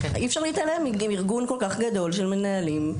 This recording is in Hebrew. אי-אפשר להתעלם מארגון כל כך גדול של מנהלים.